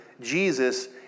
Jesus